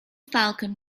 falcon